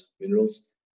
minerals